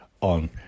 on